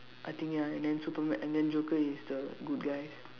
I think ya and then Superma~ and then Joker is the good guys